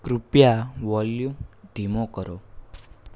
કૃપયા વોલ્યુમ ધીમો કરો